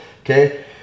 Okay